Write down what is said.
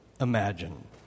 imagine